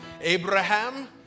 Abraham